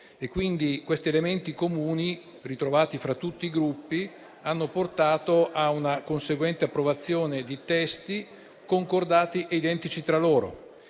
questi elementi comuni, ritrovati fra tutti i Gruppi, hanno portato a una conseguente approvazione di testi concordati e identici tra loro.